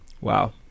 Wow